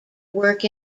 work